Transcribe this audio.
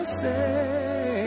say